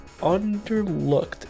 underlooked